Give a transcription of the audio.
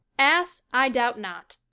ass, i doubt not.